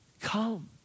Come